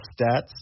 stats